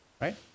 right